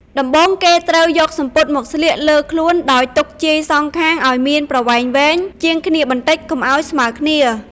ដំបូងគេត្រូវយកសំពត់មកស្លៀកលើខ្លួនដោយទុកជាយសងខាងឲ្យមានប្រវែងវែងជាងគ្នាបន្តិចកុំឲ្យស្មើរគ្នា។